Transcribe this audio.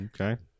Okay